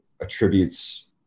attributes